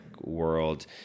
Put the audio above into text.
world